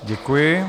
Děkuji.